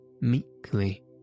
meekly